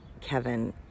Kevin